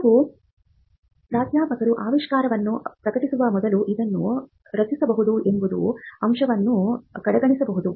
ಕೆಲವು ಪ್ರಾಧ್ಯಾಪಕರು ಆವಿಷ್ಕಾರವನ್ನು ಪ್ರಕಟಿಸುವ ಮೊದಲು ಅದನ್ನು ರಕ್ಷಿಸಬಹುದು ಎಂಬ ಅಂಶವನ್ನು ಕಡೆಗಣಿಸಬಹುದು